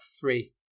three